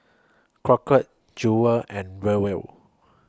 Crockett Jewel and Roel